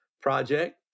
project